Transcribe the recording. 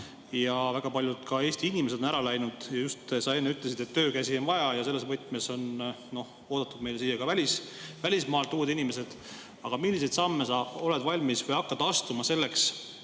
Ka väga paljud Eesti inimesed on ära läinud. Sa just enne ütlesid, et töökäsi on vaja ja selles võtmes on meile siia ka välismaalt oodatud uued inimesed. Aga milliseid samme sa oled valmis astuma või hakkad astuma selleks,